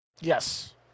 Yes